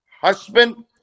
husband